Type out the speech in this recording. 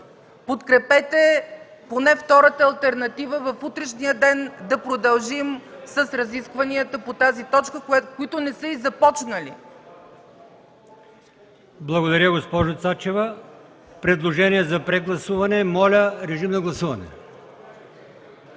подкрепете поне втората алтернатива – в утрешния ден да продължим с разискванията по тази точка, които не са и започнали.